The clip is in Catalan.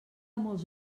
molts